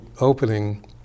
opening